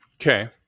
Okay